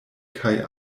kaj